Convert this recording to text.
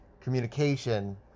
communication